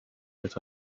that